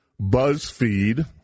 BuzzFeed